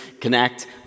CONNECT